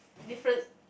difference